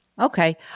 Okay